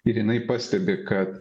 ir jinai pastebi kad